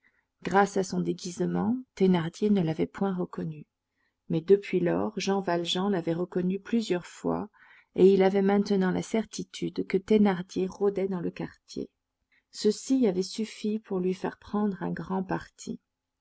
grâce à son déguisement thénardier ne l'avait point reconnu mais depuis lors jean valjean l'avait revu plusieurs fois et il avait maintenant la certitude que thénardier rôdait dans le quartier ceci avait suffi pour lui faire prendre un grand parti